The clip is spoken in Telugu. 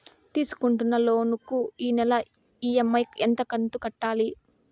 తీసుకుంటున్న లోను కు నెల ఇ.ఎం.ఐ కంతు ఎంత కట్టాలి?